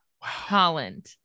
Holland